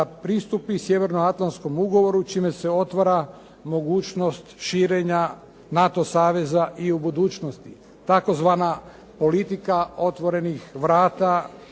pristupi Sjeveroatlanskom ugovoru čime se otvara mogućnost širenja NATO saveza i u budućnosti, tzv. politika otvorenih vrata